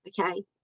okay